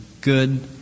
good